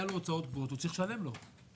הוא צריך לשלם לו.